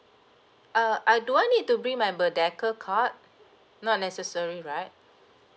uh uh do I need to bring my merdeka card not necessary right